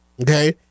Okay